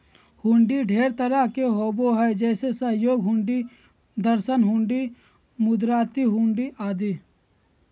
हुंडी ढेर तरह के होबो हय जैसे सहयोग हुंडी, दर्शन हुंडी, मुदात्ती हुंडी आदि